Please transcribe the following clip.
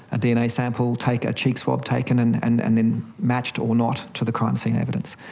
a dna sample taken, a cheek swab taken and and and then matched or not to the crime scene evidence.